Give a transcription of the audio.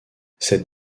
cette